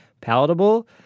palatable